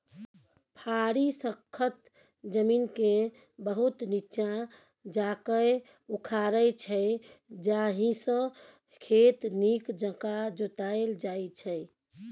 फारी सक्खत जमीनकेँ बहुत नीच्चाँ जाकए उखारै छै जाहिसँ खेत नीक जकाँ जोताएल जाइ छै